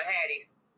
Hattie's